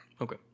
Okay